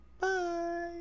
Bye